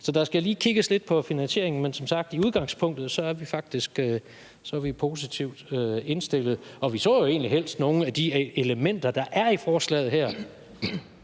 Så der skal lige kigges lidt på finansieringen, men som sagt er vi i udgangspunktet faktisk positivt indstillet. Og vi så jo egentlig helst, at nogle af de elementer, der er i forslaget her,